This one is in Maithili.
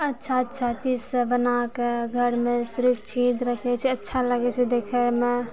अच्छा अच्छा चीज सब बनाए कऽ घर मे सुरक्षित रखै छै अच्छा लगै छै देखै मे